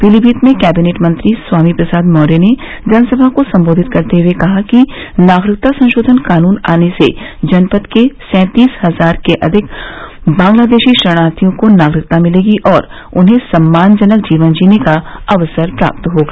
पीलीमीत में कैबिनेट मंत्री स्वामी प्रसाद मौर्य ने जनसमा को संबोधित करते हुए कहा कि नागरिकता संशोधन कानून आने से जनपद के सैंतीस हजार के अविक बांग्लादेशी शरणार्थियों को नागरिकता मिलेगी और उन्हें सम्मानजनक जीवन जीने का अवसर प्राप्त होगा